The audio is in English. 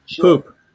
Poop